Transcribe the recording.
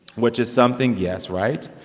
which is something yes, right?